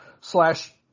slash